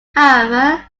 however